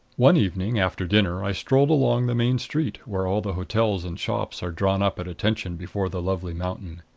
one evening after dinner i strolled along the main street, where all the hotels and shops are drawn up at attention before the lovely mountain.